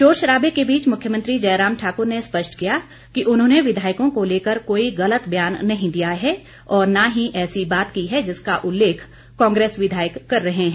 शोर शराबे के बीच मुख्यमन्त्री जय राम ठाक़र ने स्पष्ट किया कि उन्होंने विधायकों को लेकर कोई गलत व्यान नहीं दिया है और न ही ऐसी बात की है जिसका उल्लेख कांग्रेस विधायक कर रहे हैं